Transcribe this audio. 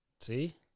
See